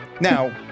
Now